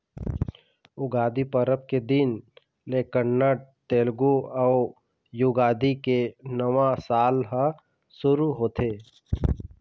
उगादी परब के दिन ले कन्नड़, तेलगु अउ युगादी के नवा साल ह सुरू होथे